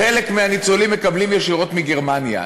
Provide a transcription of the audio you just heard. חלק מהניצולים מקבלים ישירות מגרמניה,